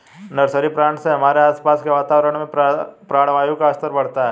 nursery plant से हमारे आसपास के वातावरण में प्राणवायु का स्तर बढ़ता है